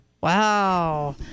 Wow